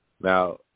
Now